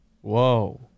Whoa